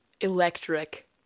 Electric